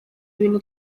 ibintu